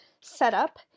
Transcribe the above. setup